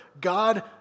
God